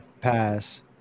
pass